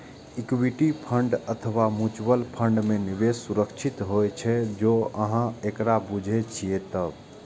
equity fund अथवा mutual fund मे निवेश सुरक्षित होइ छै, जौं अहां एकरा बूझे छियै तब